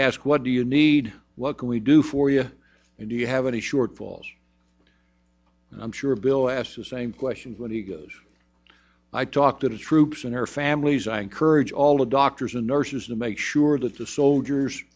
ask what do you need what can we do for you and do you have any shortfalls and i'm sure bill asked the same questions when he goes i talk to the troops and our families i encourage all the doctors and nurses to make sure that the soldiers